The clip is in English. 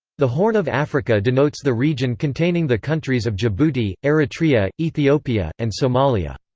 the horn of africa denotes the region containing the countries of djibouti, eritrea, ethiopia, and somalia.